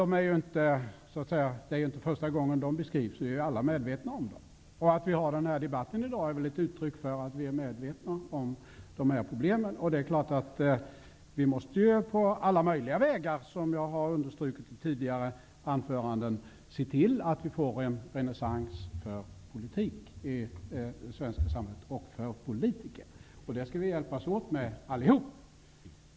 Det är inte första gången som de problemen skisseras, utan vi är alla medvetna om dem -- att vi har den här debatten i dag är väl ett uttryck för det. Det är klart att vi på alla möjliga vägar -- som jag har understrukit i tidigare anföranden -- måste se till att vi i det svenska samhället får en renässans för politik och för politiker. Vi skall alla hjälpas åt med det.